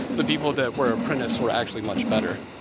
the people that were apprenticed were actually much better.